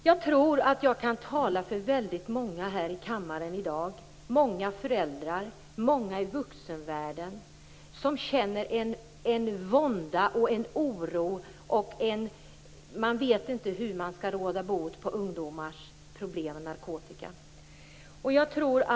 Jag tror att jag kan tala för många här i kammaren i dag, för många föräldrar och många i vuxenvärlden som känner en vånda och oro. Man vet inte hur man skall råda bot på ungdomars problem med narkotika.